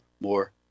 more